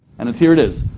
and here it is,